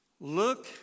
Look